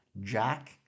jack